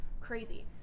crazy